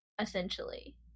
essentially